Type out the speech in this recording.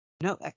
No